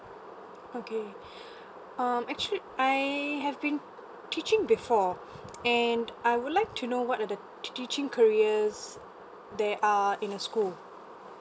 okay um actually I have been teaching before and I would like to know what are the teaching careers there are in a school